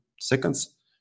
seconds